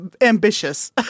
ambitious